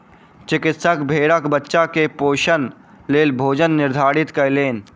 चिकित्सक भेड़क बच्चा के पोषणक लेल भोजन निर्धारित कयलैन